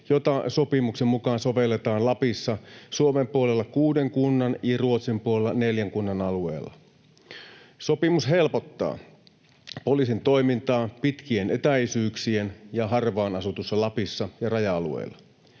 jota sopimuksen mukaan sovelletaan Lapissa Suomen puolella kuuden kunnan ja Ruotsin puolella neljän kunnan alueella. Sopimus helpottaa poliisin toimintaa pitkien etäisyyksien ja harvaan asutussa Lapissa ja raja-alueilla.